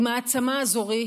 היא מעצמה אזורית,